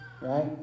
right